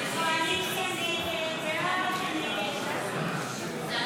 הסתייגות 51 לא